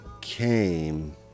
came